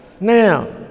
Now